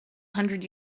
hundred